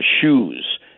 shoes